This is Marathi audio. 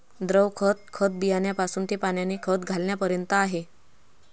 द्रव खत, खत बियाण्यापासून ते पाण्याने खत घालण्यापर्यंत आहे